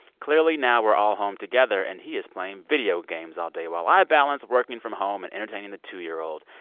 clearly, now we're all home together, and he is playing video games all day while i balance working from home and entertaining the two year old.